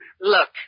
Look